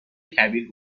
کبیر